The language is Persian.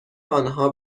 آنها